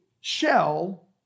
shell